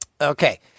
okay